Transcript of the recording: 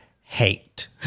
hate